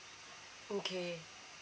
okay